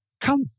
Come